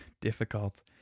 difficult